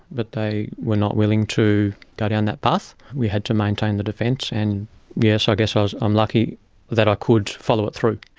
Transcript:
but they were not willing to go down that path. we had to maintain the defence. and yes, i guess ah i'm lucky that i could follow it through.